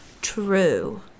true